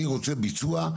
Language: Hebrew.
אני רוצה ביצוע,